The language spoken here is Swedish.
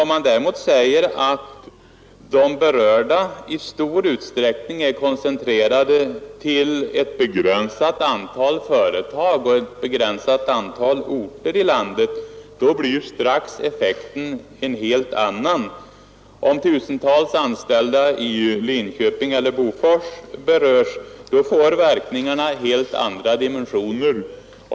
Om man däremot säger att de berörda i stort sett är koncentrerade till ett begränsat antal företag och ett begränsat antal orter i landet, blir strax effekten en helt annan. Om tusentals anställda i Linköping eller Bofors berörs, får verkningarna helt andra dimensioner.